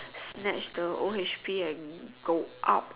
snatch the O_H_P and go up